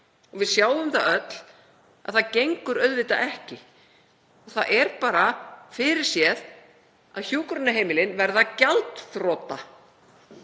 Við sjáum öll að það gengur auðvitað ekki. Það er fyrirséð að hjúkrunarheimilin verða gjaldþrota